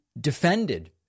defended